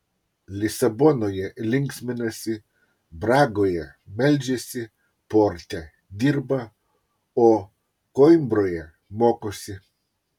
lisabonoje linksminasi bragoje meldžiasi porte dirba o koimbroje mokosi